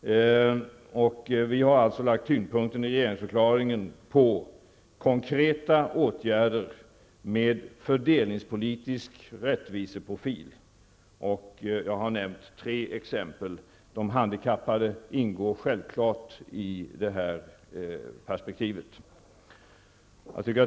Vi har alltså lagt tyngdpunkten i regeringsförklaringen på konkreta åtgärder med fördelningspolitisk rättviseprofil. Jag har nämnt tre exempel, och de handikappade ingår självfallet i detta perspektiv.